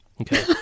Okay